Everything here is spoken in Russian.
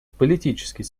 политический